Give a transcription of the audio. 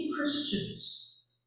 Christians